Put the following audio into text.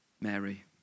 Mary